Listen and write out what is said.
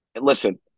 Listen